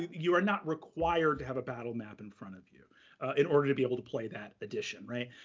you are not required to have a battle map in front of you in order to be able to play that addition, right?